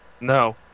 No